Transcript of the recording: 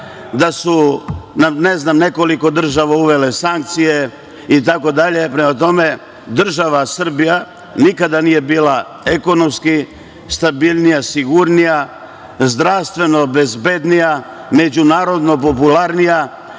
nam je nekoliko država uvele sankcije itd. Prema tome, država Srbija nikada nije bila ekonomski stabilnija, sigurnija, zdravstveno bezbednija, međunarodno popularnija